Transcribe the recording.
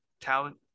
talent